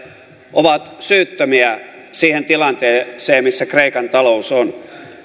ovat syyttömiä siihen tilanteeseen missä kreikan talous on